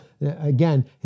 again